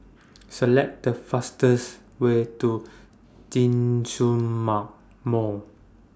Select The fastest Way to Djitsun Mar Mall